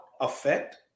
effect